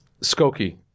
Skokie